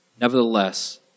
Nevertheless